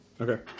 Okay